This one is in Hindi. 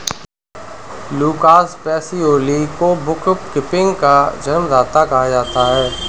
लूकास पेसियोली को बुक कीपिंग का जन्मदाता कहा जाता है